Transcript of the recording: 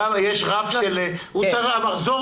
כמה צריך להיות המחזור